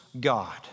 God